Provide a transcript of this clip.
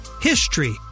HISTORY